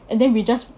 and then we just